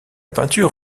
peinture